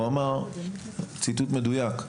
הוא אמר, ציטוט מדויק: